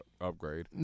upgrade